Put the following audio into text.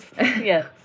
Yes